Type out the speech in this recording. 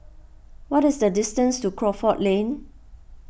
what is the distance to Crawford Lane